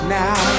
now